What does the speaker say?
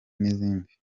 n’izindi